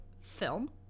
film